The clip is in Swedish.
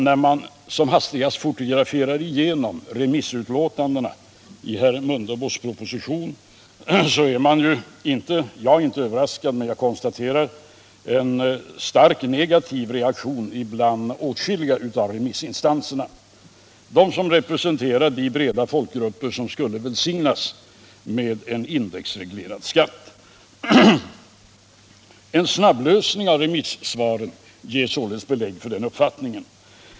När man som hastigast fotograferar igenom remissutlåtandena i herr Mundebos proposition, är jag inte överraskad men konstaterar en starkt negativ reaktion bland åtskilliga av remissinstanserna — bland dem som representerar de breda folkgrupper som skulle välsignas med en indexreglerad skatt. En snabbläsning av remissvaren ger således belägg för den uppfattningen.